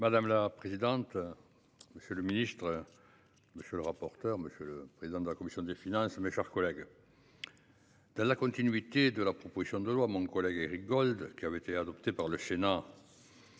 Madame la présidente. Monsieur le ministre. Monsieur le rapporteur. Monsieur le président de la commission des finances, mes chers collègues. Dans la continuité de la proposition de loi mon collègue Éric Gold qui avait été adoptée par le Sénat.